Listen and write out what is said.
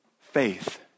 faith